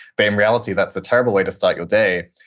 but in reality, that's a terrible way to start your day.